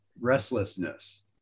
restlessness